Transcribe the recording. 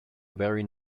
very